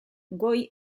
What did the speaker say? goi